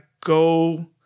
go